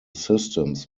systems